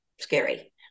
scary